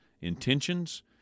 intentions